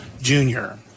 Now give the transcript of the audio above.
junior